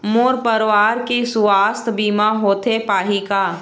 मोर परवार के सुवास्थ बीमा होथे पाही का?